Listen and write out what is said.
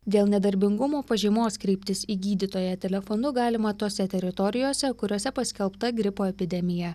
dėl nedarbingumo pažymos kreiptis į gydytoją telefonu galima tose teritorijose kuriose paskelbta gripo epidemija